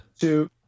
Two